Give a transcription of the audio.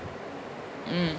mm